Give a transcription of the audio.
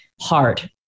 Hard